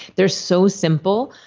they're so simple,